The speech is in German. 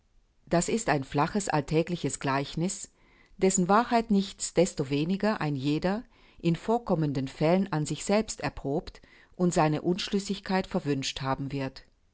das ist ein flaches alltägliches gleichniß dessen wahrheit nichts destoweniger ein jeder in vorkommenden fällen an sich selbst erprobt und seine unschlüssigkeit verwünscht haben wird